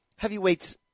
Heavyweights